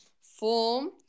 form